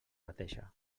bateja